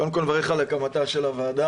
על הקמתה של הוועדה.